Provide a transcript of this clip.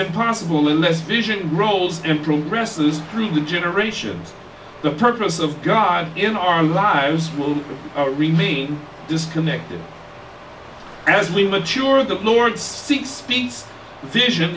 it possible unless vision rolls and progresses through the generations the purpose of god in our lives will remain disconnect there as we mature the lord six feet vision